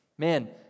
Man